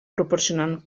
proporcionant